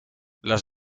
las